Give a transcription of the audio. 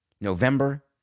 November